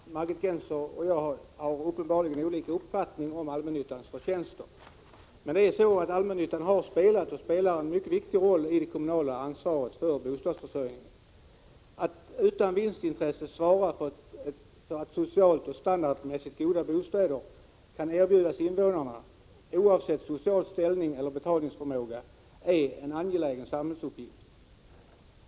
Herr talman! Margit Gennser och jag har uppenbarligen olika uppfattningar om allmännyttans förtjänster. Men allmännyttan har spelat och spelar en 139 mycket viktig roll när det gäller det kommunala ansvaret för bostadsförsörjningen. Att utan vinstintresse svara för att socialt och standardmässigt goda bostäder kan erbjudas invånarna oavsett social ställning eller betalningsförmåga är en angelägen samhällsuppgift.